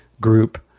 group